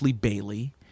Bailey